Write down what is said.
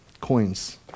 Coins